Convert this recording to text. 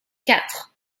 quatre